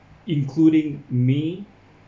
including me